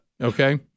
okay